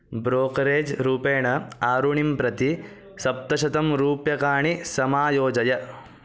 ब्रोकरेज्रूपेण आरुणिं प्रति सप्तशतं रूप्यकाणि समायोजय